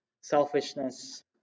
selfishness